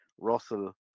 Russell